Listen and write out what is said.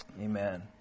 Amen